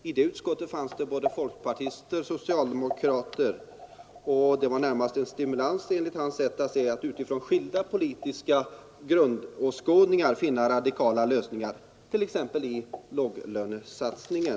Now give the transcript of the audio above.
I det utskottet fanns både folkpartister och socialdemokrater, och det var närmast en stimulans, enligt hans sätt att se, att utifrån skilda politiska grundåskådningar finna radikala lösningar, t.ex. i låglönesatsningen.